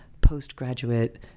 postgraduate